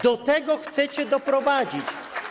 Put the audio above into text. Do tego chcecie doprowadzić.